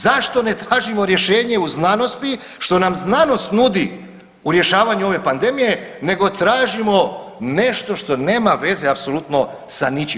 Zašto ne tražimo rješenje u znanosti što nam znanost nudi u rješavanju ove pandemije nego tražimo nešto što nema veze apsolutno sa ničim.